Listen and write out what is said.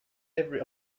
every